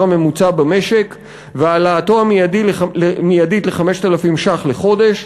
הממוצע במשק והעלאתו המיידית ל-5,000 ש"ח לחודש.